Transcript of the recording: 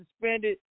suspended